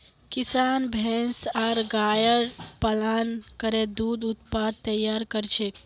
किसान भैंस आर गायर पालन करे दूध उत्पाद तैयार कर छेक